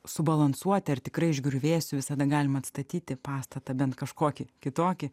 subalansuoti ar tikrai iš griuvėsių visada galima atstatyti pastatą bent kažkokį kitokį